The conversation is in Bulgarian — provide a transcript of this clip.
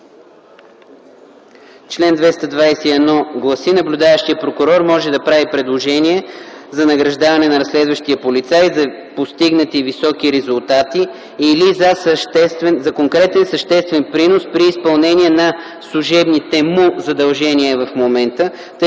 „Чл. 221. Наблюдаващият прокурор може да прави предложение за награждаване на разследващия полицай за постигнати високи резултати или за конкретен съществен принос при изпълнение на служебните му задължения” – така